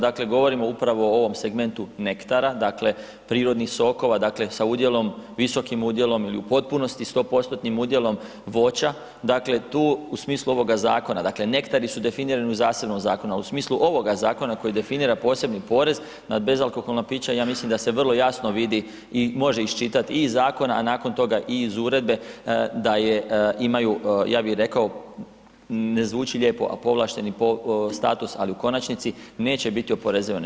Dakle, govorimo upravo o ovom segmentu nektara, dakle prirodnih sokova, dakle sa udjelom, visokim udjelom ili u potpunosti 100%-tim udjelom voća, dakle tu u smislu ovoga zakona, dakle nektari su definirani u zasebnom zakonu, a u smislu ovoga zakona koji definira posebni porez na bezalkoholna pića ja mislim da se vrlo jasno vidi i može iščitati i iz zakon, a nakon toga i iz uredbe da je imaju ja bi rekao ne zvuči lijepo, a povlašteni status, ali u konačnici neće biti oporezivani.